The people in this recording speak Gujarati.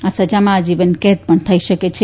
આ સજામાં આજીવન કેદ પણ થઈ શકે છે